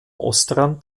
ostrand